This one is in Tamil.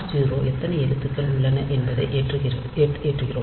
R0 எத்தனை எழுத்துக்கள் உள்ளன என்பதை ஏற்றுகிறோம்